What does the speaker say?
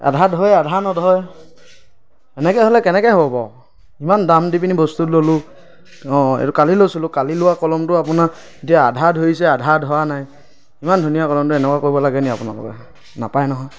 আধা ধৰে আধা নধৰে এনেকে হ'লে কেনেকে হ'ব বাৰু ইমান দাম দি পিনে বস্তুটো ল'লো অঁ এইটো কালি লৈছিলোঁ কালি লোৱা কলমটো আপোনাৰ এতিয়া আধা ধৰিছে আধা ধৰা নাই ইমান ধুনীয়া কলমটো এনেকুৱা কৰিব লাগে নি আপোনালোকে নাপায় নহয়